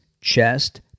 chest